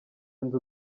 inzu